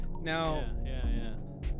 Now